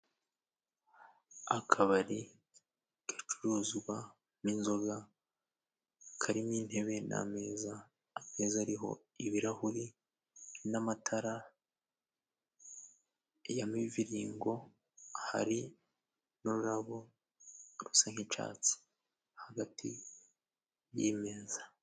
Akabari kicuruzwamo inzoga karimo intebe n'ameza, ameza ariho ibirahuri n'amatara ya miviringo, hari n'ururabo rusa nk'icyatsi hagati y'imeza.